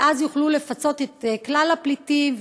ואז יוכלו לפצות את כלל הפליטים.